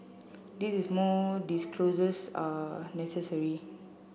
this is more disclosures are necessary